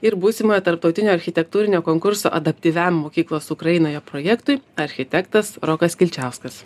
ir būsimojo tarptautinio architektūrinio konkurso adaptyviam mokyklos ukrainoje projektui architektas rokas kilčiauskas